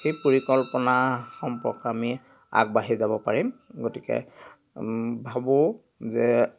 সেই পৰিকল্পনা সম্পৰ্কে আমি আগবাঢ়ি যাব পাৰিম গতিকে ভাবোঁ যে